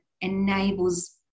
enables